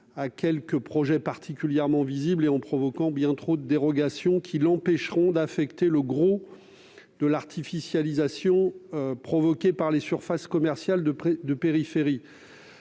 à quelques projets particulièrement visibles et en permettant bien trop de dérogations. Ainsi, le gros de l'artificialisation provoquée par les surfaces commerciales de périphérie